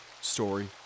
story